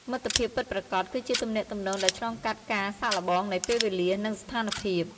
មិត្តភាពពិតប្រាកដ គឺជាទំនាក់ទំនងដែលឆ្លងកាត់ការសាកល្បងនៃពេលវេលា និងស្ថានភាព។